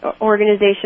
organization